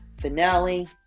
Finale